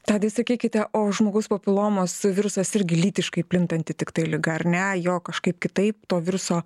tadai sakykite o žmogaus papilomos virusas irgi lytiškai plintanti tiktai liga ar ne jo kažkaip kitaip to viruso